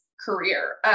career